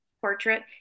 portrait